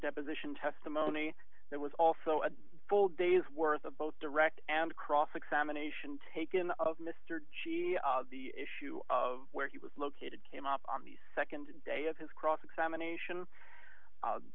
deposition testimony that was also a full day's worth of both direct and cross examination taken of mr g the issue of where he was located came up on the nd day of his cross examination